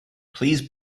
please